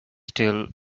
still